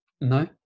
No